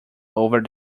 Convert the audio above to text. over